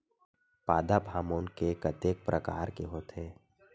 पादप हामोन के कतेक प्रकार के होथे?